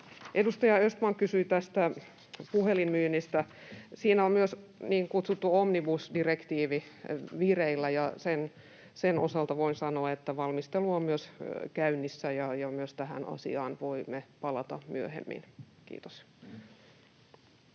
Edustaja Östman kysyi tästä puhelinmyynnistä. Siinä on myös niin kutsuttu omnibusdirektiivi vireillä, ja sen osalta voin sanoa, että valmistelu on käynnissä, ja myös tähän asiaan voimme palata myöhemmin. — Kiitos.